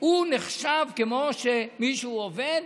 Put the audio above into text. הוא נחשב כמו מישהו שעובד.